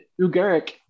Ugaric